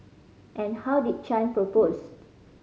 and how did Chan propose